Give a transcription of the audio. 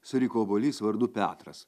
suriko obuolys vardu petras